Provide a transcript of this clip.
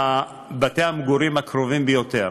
מבתי-המגורים הקרובים ביותר.